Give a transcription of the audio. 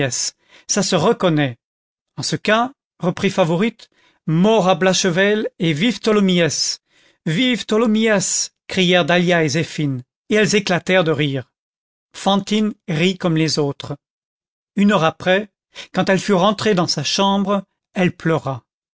ça se reconnaît en ce cas reprit favourite mort à blachevelle et vive tholomyès vive tholomyès crièrent dahlia et zéphine et elles éclatèrent de rire fantine rit comme les autres une heure après quand elle fut rentrée dans sa chambre elle pleura